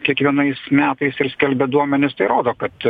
kiekvienais metais ir skelbia duomenis tai rodo kad